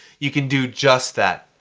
you can do just that.